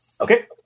Okay